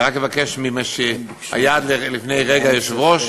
אני רק אבקש ממי שהיה עד לפני רגע יושב-ראש,